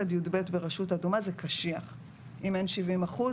תביאו נתונים של תחלואת ילדים בגילאי 12-0. יש לי נתוני תחלואה ארצית,